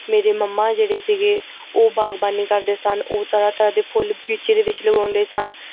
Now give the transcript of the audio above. ਮੇਰੇ ਮੰਮਾ ਜਿਹੜੇ ਸੀਗੇ ਉਹ ਬਾਗਬਾਨੀ ਕਰਦੇ ਸਨ ਉਹ ਤਰ੍ਹਾਂ ਤਰ੍ਹਾਂ ਦੇ ਫੁੱਲ ਬਗੀਚੇ ਦੇ ਵਿੱਚ ਲਗਾਉਂਦੇ ਸਨ